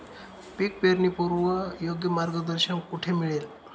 पीक पेरणीपूर्व योग्य मार्गदर्शन कुठे मिळेल?